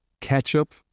Ketchup